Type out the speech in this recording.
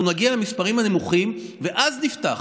אנחנו נגיע למספרים הנמוכים ואז נפתח,